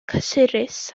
cysurus